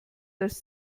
dass